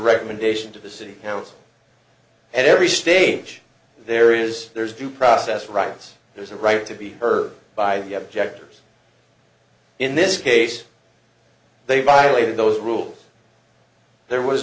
recommendation to the city council and every stage there is there's due process rights there's a right to be heard by the objectors in this case they violated those rules there was